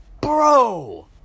bro